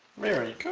very